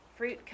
fruit